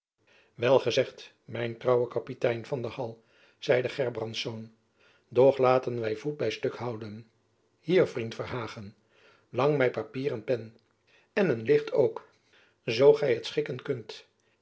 wel gezegd mijn trouwe kapitein van de hal zeide gerbrandsz doch laten wy voet by stuk houden hier vriend verhagen lang my papier en pen en een licht ook zoo gy t schikken kunt